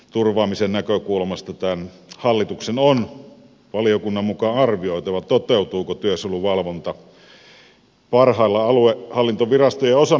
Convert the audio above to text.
turvaamisen näkökulmasta tämän hallituksen on valiokunnan mukaan arvioitava toteutuuko työsuojeluvalvonta parhaillaan aluehallintovirastojen osana